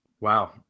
Wow